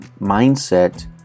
mindset